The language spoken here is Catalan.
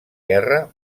guerra